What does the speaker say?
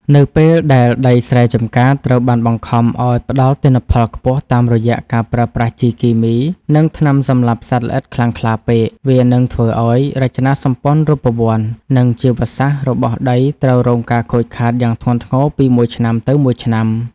នៅពេលដែលដីស្រែចម្ការត្រូវបានបង្ខំឱ្យផ្ដល់ទិន្នផលខ្ពស់តាមរយៈការប្រើប្រាស់ជីគីមី និងថ្នាំសម្លាប់សត្វល្អិតខ្លាំងក្លាពេក វានឹងធ្វើឱ្យរចនាសម្ព័ន្ធរូបវន្ត និងជីវសាស្ត្ររបស់ដីត្រូវរងការខូចខាតយ៉ាងធ្ងន់ធ្ងរពីមួយឆ្នាំទៅមួយឆ្នាំ។